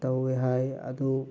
ꯇꯧꯋꯦ ꯍꯥꯏ ꯑꯗꯨ